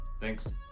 Thanks